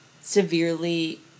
severely